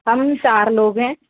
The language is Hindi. हम चार लोग हैं